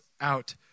out